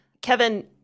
Kevin